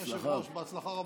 אדוני היושב-ראש, בהצלחה רבה.